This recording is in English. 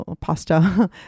pasta